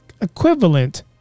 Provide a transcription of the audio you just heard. equivalent